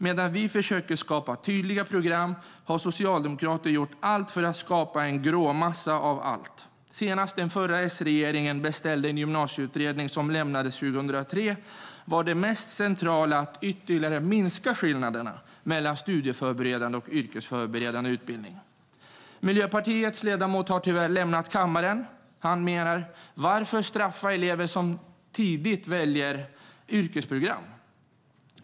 Medan vi försöker skapa tydliga program har Socialdemokraterna gjort allt för att skapa en grå massa av allt. Senast den förra S-regeringen beställde en gymnasieutredning, som lämnades 2003, var det mest centrala att ytterligare minska skillnaderna mellan studieförberedande och yrkesförberedande utbildningar. Miljöpartiets ledamot har tyvärr lämnat kammaren. Han frågar: Varför ska man straffa elever som tidigt väljer yrkesprogram?